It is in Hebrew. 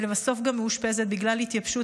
ולבסוף גם מאושפזת בגלל התייבשות,